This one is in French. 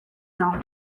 dans